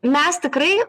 mes tikrai